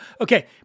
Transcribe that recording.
Okay